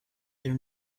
their